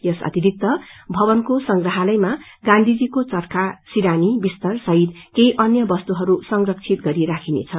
यस अतिरिक्त भवनको संग्रहालयमा गांधीजीको चर्खा सिरानी विस्तर बहित केही अन्य वस्तुहरू ससंरक्षित गरी राखिनेछ